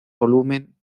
volumen